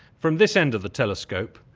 from this end of the telescope,